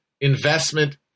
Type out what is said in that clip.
investment –